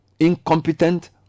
incompetent